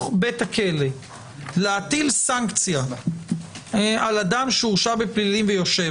בית הכלא להטיל סנקציה על אדם שהורשע בפלילים ויושב,